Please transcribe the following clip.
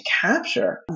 capture